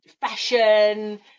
fashion